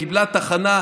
קיבלה תחנה.